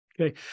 Okay